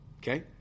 Okay